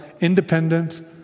independent